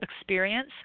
experience